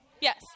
Yes